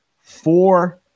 four